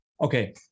Okay